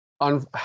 on